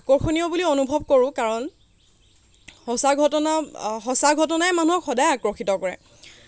আকৰ্ষণীয় বুলি অনুভৱ কৰোঁ কাৰণ সঁচা ঘটনা সঁচা ঘটনাই মানুহক সদায় আকৰ্ষিত কৰে